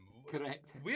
Correct